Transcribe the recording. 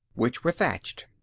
which were thatched.